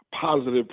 positive